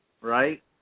right